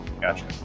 Gotcha